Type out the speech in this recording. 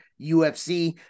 UFC